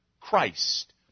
Christ